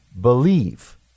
believe